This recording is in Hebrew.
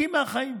מחוקקים מהחיים,